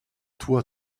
toi